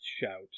shout